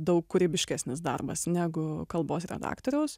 daug kūrybiškesnis darbas negu kalbos redaktoriaus